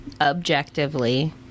objectively